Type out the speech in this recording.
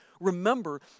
remember